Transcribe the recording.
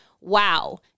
wow